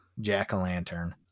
jack-o'-lantern